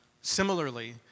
Similarly